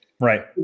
Right